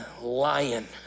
lion